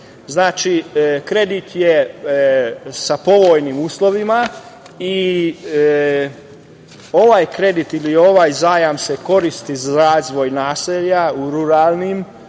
Znači, kredit je sa povoljnim uslovima i ovaj kredit ili ovaj zajam se koristi za razvoj naselja u ruralnim